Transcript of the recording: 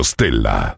Stella